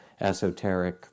esoteric